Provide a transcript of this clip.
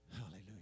Hallelujah